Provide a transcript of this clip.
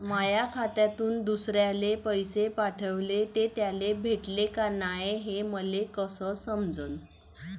माया खात्यातून दुसऱ्याले पैसे पाठवले, ते त्याले भेटले का नाय हे मले कस समजन?